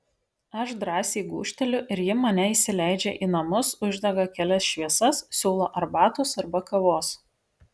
aš drąsiai gūžteliu ir ji mane įsileidžia į namus uždega kelias šviesas siūlo arbatos arba kavos